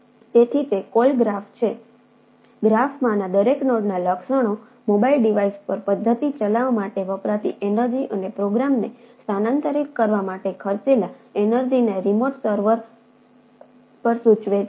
તેથી તે call graph છે ગ્રાફમાંના સર્વર પર સૂચવે છે